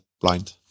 blind